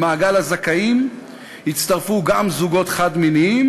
למעגל הזכאים יצטרפו גם זוגות חד-מיניים